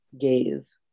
gaze